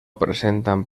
presentan